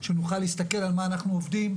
שנוכל להסתכל על מה אנחנו עובדים.